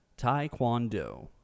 Taekwondo